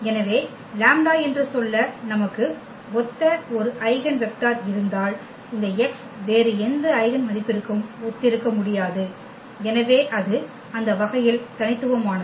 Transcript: எனவே லாம்ப்டா என்று சொல்ல நமக்கு ஒத்த ஒரு ஐகென் வெக்டர் இருந்தால் இந்த x வேறு எந்த ஐகென் மதிப்பிற்கும் ஒத்திருக்க முடியாது எனவே அது அந்த வகையில் தனித்துவமானது